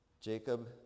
Jacob